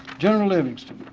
general livingston.